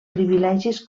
privilegis